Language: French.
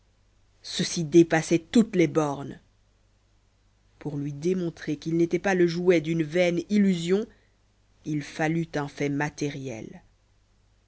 ceci dépassait toutes les bornes pour lui démontrer qu'il n'était pas le jouet d'une vaine illusion il fallut un fait matériel